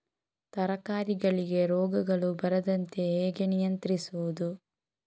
ತರಕಾರಿಗಳಿಗೆ ರೋಗಗಳು ಬರದಂತೆ ಹೇಗೆ ನಿಯಂತ್ರಿಸುವುದು?